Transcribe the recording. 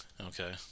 Okay